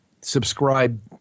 subscribe